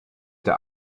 der